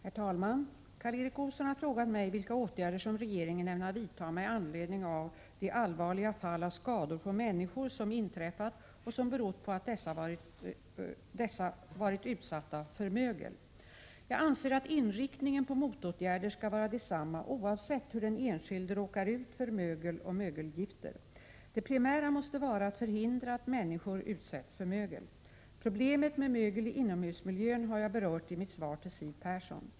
Herr talman! Karl Erik Olsson har frågat mig vilka åtgärder som regeringen ämnar vidtaga med anledning av de allvarliga fall av skador på människor som inträffat och som berott på att dessa varit utsatta för mögel. Jag anser att inriktningen på motåtgärder skall vara densamma oavsett hur den enskilde råkar ut för mögel och mögelgifter. Det primära måste vara att förhindra att människor utsätts för mögel. Problemet med mögel i inomhusmiljön har jag berört i mitt svar till Siw Persson.